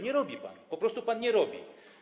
Nie robi pan, po prostu pan nie robi.